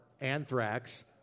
Anthrax